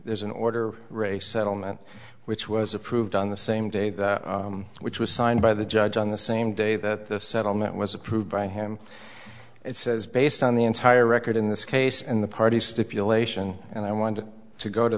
there's an order re settlement which was approved on the same day which was signed by the judge on the same day that the settlement was approved by him it says based on the entire record in this case and the parties stipulation and i wanted to go to